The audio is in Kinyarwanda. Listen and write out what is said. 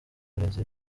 burezi